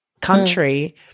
country